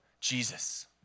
Jesus